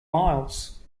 miles